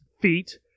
feet